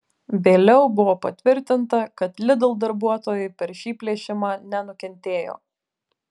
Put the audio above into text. vėliau buvo patvirtinta kad lidl darbuotojai per šį plėšimą nenukentėjo